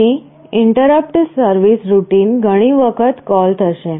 તેથી interrupt service routine ઘણી વખત કોલ થશે